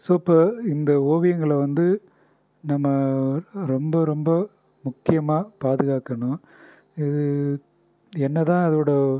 so இப்போ இந்த ஓவியங்களை வந்து நம்ம ரொம்ப ரொம்ப முக்கியமாக பாதுகாக்கணும் இது என்ன தான் அதோடய